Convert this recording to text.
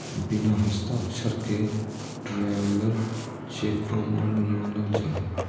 बिना हस्ताक्षर के ट्रैवलर चेक अमान्य मानल जा हय